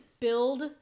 Build